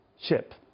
ship